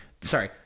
Sorry